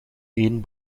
één